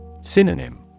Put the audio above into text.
Synonym